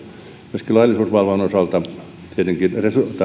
myöskin laillisuusvalvonnan osalta tietenkin